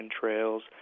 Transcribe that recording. trails